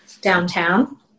downtown